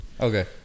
Okay